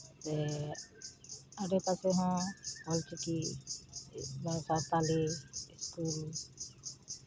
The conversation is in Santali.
ᱥᱮ ᱟᱰᱮ ᱯᱟᱥᱮ ᱦᱚᱸ ᱚᱞᱪᱤᱠᱤ ᱵᱟ ᱥᱟᱱᱛᱟᱲᱤ ᱥᱠᱩᱞ